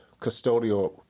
custodial